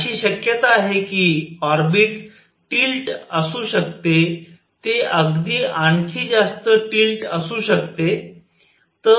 अशी शक्यता आहे की ऑर्बिट टिल्ट असू शकते ते अगदी आणखी ज्यास्त टिल्ट असू शकते